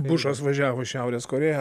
bušas važiavo šiaurės korėją